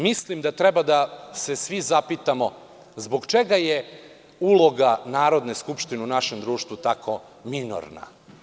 Znate, mislim da treba da se svi zapitamo zbog čega je uloga Narodne skupštine u našem društvu tako minorna?